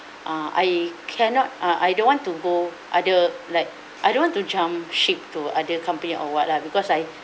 uh I cannot uh I don't want to go other like I don't want to jump ship to other company or what lah because I